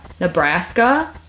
Nebraska